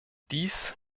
dies